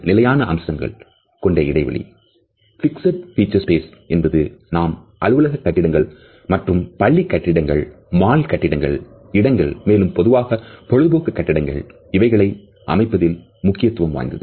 நிலையான அம்சங்கள் கொண்ட இடைவெளி fixed feature space என்பது நாம் அலுவலகக் கட்டிடங்கள் அல்லது பள்ளி கட்டிடங்கள் மால் கட்டிடங்கள் இடங்கள் மேலும் பொதுவாக பொழுதுபோக்கு கட்டிடங்கள் இவைகளை அமைப்பதில் முக்கியத்துவம் வாய்ந்தது